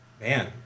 Man